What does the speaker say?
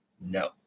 No